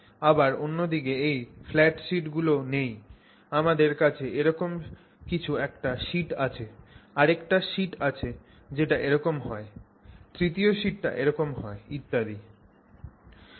আবার অন্য দিকে এই ফ্ল্যাট শিট গুলো নেই আমাদের কাছে এরকম কিছু একটা আছে আরেকটা শিট আছে যেটা এরকম হয় তৃতীয় শিটটা এরকম হয় ইত্যাদি